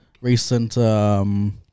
recent